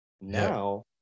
Now